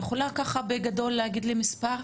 את יכולה בגדול להגיד לי מספר?